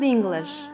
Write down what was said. English